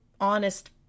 honest